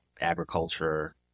agriculture